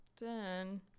Done